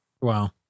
Wow